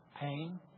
pain